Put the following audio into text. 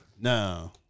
No